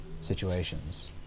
situations